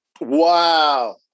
Wow